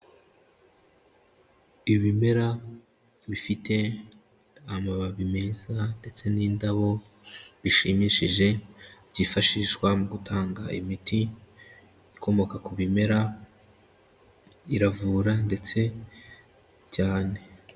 Ibimera bifite amababi meza ndetse n'indabo bishimishije byifashishwa mu gutanga imiti ikomoka ku bimera, iravura ndetse cyane.